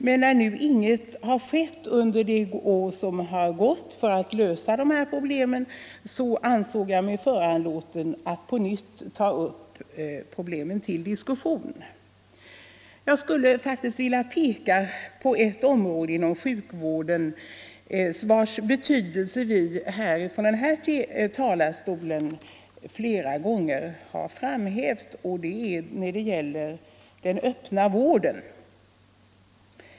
Men när nu ingenting har skett för att lösa de här problemen under det år som gått ansåg jag mig föranlåten att på nytt ta upp dem till diskussion. Jag skulle faktiskt vilja peka på ett område inom sjukvården vars betydelse vi från den här talarstolen flera gånger har framhävt, nämligen den öppna vården.